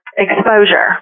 Exposure